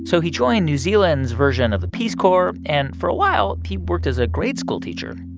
so he joined new zealand's version of the peace corps. and for a while, he worked as a grade school teacher.